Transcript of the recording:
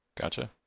gotcha